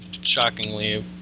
shockingly